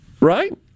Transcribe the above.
Right